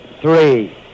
three